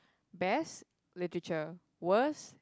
best literature worse